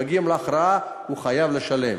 בסוף, כשמגיעים להכרעה, הוא חייב לשלם.